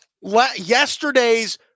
Yesterday's